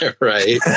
Right